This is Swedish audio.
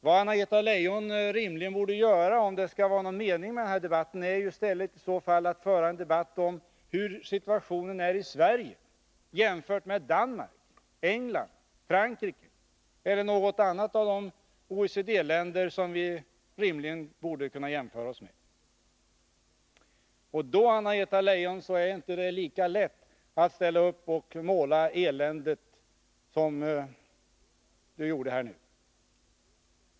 Vad Anna-Greta Leijon rimligen borde göra, om det skall vara någon mening med den här debatten, är ju att i stället tala om hur situationen är i Sverige jämfört med Danmark, England, Frankrike eller något annat av de OECD-länder som Sverige rimligen borde kunna jämföras med. Då är det inte lika lätt att måla upp eländet som Anna-Greta Leijon gjorde här nu.